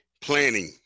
planning